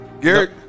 Garrett